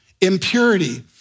impurity